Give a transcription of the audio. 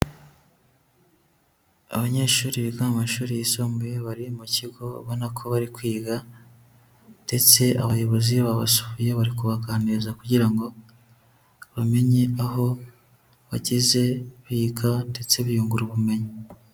Abanyeshuri biga mu mashuri yisumbuye, bari mu kigo ubona ko bari kwiga ndetse abayobozi babasuye, bari kubaganiriza kugira ngo bamenye aho bageze biga ndetse biyungura ubumenyi.